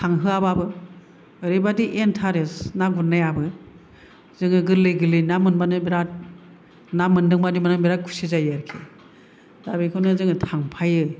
थांहोआबाबो ओरैबायदि इन्टारेस्ट ना गुरनायाबो जोङो गोरलै गोरलै ना मोनबानो बिरात ना मोनदोंबादि मोननानै बिरात खुसि जायो दा बेखौनो जोङो थांफायो